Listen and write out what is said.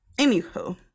Anywho